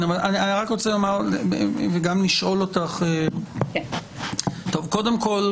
קודם כל,